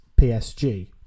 PSG